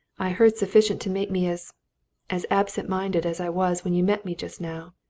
i heard sufficient to make me as as absent-minded as i was when you met me just now!